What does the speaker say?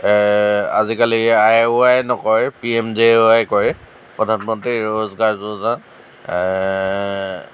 আজিকালি I A Y নকয় P M G A Y কয় প্ৰধানমন্ত্ৰী ৰোজগাৰ যোজনা